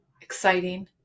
exciting